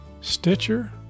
Stitcher